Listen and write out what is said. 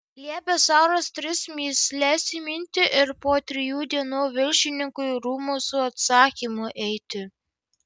liepė caras tris mįsles įminti ir po trijų dienų viršininkui į rūmus su atsakymu eiti